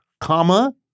comma